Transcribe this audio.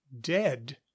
dead